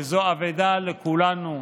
וזו אבדה לכולנו.